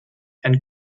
and